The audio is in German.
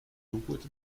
joghurt